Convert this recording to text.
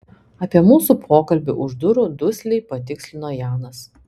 apie mūsų pokalbį už durų dusliai patikslino janas